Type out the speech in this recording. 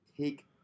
take